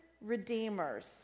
redeemers